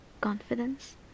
confidence